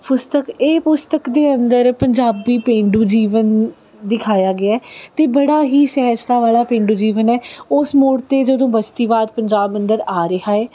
ਪੁਸਤਕ ਇਹ ਪੁਸਤਕ ਦੇ ਅੰਦਰ ਪੰਜਾਬੀ ਪੇਂਡੂ ਜੀਵਨ ਦਿਖਾਇਆ ਗਿਆ ਅਤੇ ਬੜਾ ਹੀ ਸਹਿਜਤਾ ਵਾਲਾ ਪੇਂਡੂ ਜੀਵਨ ਹੈ ਓਸ ਮੋੜ 'ਤੇ ਜਦੋਂ ਬਸਤੀਵਾਦ ਪੰਜਾਬ ਅੰਦਰ ਆ ਰਿਹਾ ਹੈ